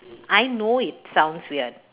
I know it sounds weird